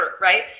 right